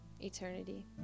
eternity